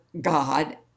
God